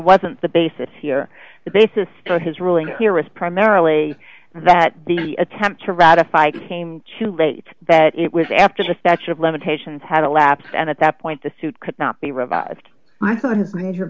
wasn't the basis here the basis for his ruling here was primarily that the attempt to ratify came too late that it was after the statute of limitations had elapsed and at that point the suit could not be revised